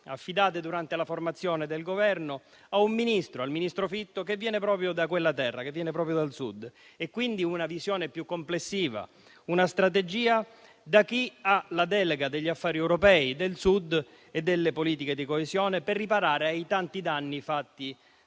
affidate durante la formazione del Governo ad un Ministro, il ministro Fitto, che viene proprio da quella terra, che viene proprio dal Sud, quindi con una visione più complessiva, con la strategia di chi ha la delega degli affari europei del Sud e delle politiche di coesione per riparare ai tanti danni fatti